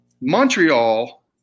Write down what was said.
Montreal